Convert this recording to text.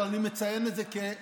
אבל אני מציין את זה כעובדה,